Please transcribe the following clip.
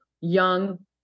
young